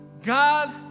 God